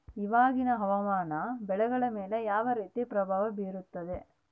ಇವಾಗಿನ ಹವಾಮಾನ ಬೆಳೆಗಳ ಮೇಲೆ ಯಾವ ರೇತಿ ಪ್ರಭಾವ ಬೇರುತ್ತದೆ?